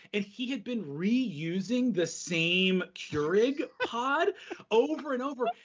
and he had been reusing the same keurig pod over and over.